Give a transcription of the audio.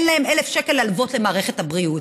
אין להם 1,000 שקל להלוות למערכת הבריאות,